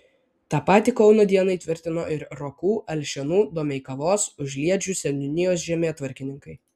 tą patį kauno dienai tvirtino ir rokų alšėnų domeikavos užliedžių seniūnijos žemėtvarkininkai